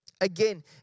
Again